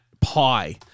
pie